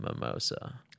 mimosa